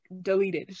deleted